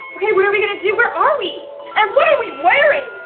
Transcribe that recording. okay what're we gonna do? where are we? and what are we wearing?